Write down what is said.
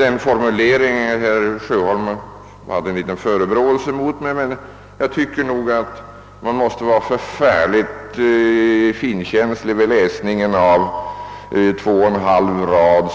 Herr Sjöholm riktade en liten förebråelse mot mig, men jag tycker att man måste vara mycket finkänslig vid läsningen av en maskinskriven text på två och en halv rad